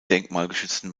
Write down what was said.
denkmalgeschützten